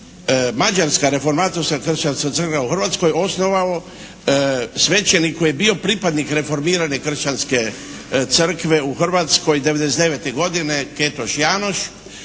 Mađarska reformatorska kršćanska crkva u Hrvatskoj osnovao svećenik koji je bio pripadnik Reformirane kršćanske crkve u Hrvatskoj '99. godine …/Govornik